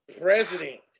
president